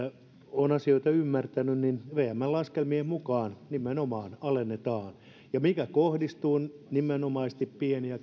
olen asioita ymmärtänyt niin vmn laskelmien mukaan nimenomaan alennetaan mikä kohdistuu nimenomaisesti pieni ja